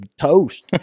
toast